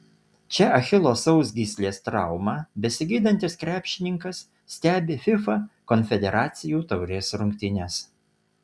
čia achilo sausgyslės traumą besigydantis krepšininkas stebi fifa konfederacijų taurės rungtynes